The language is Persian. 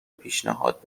پیشنهاد